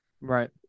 right